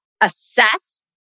assess